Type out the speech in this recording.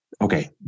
Okay